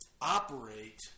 operate